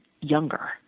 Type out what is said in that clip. younger